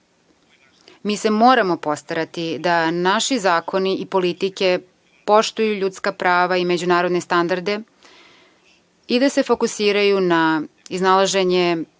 mi se moramo postarati da naši zakoni i politike poštuju ljudska prava i međunarodne standarde i da se fokusiraju na iznalaženje